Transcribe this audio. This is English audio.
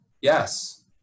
Yes